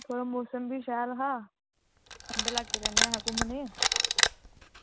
ते ओह् मौसम बी बड़ा शैल हा ठंडे लाकै ई जन्ने आं घुम्मनै ई